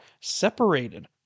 separated